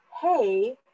hey